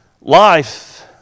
life